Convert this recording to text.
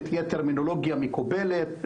שתהיה טרמינולוגיה מקובלת,